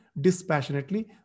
dispassionately